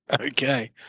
Okay